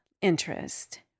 interest